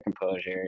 composure